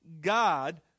god